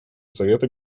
совета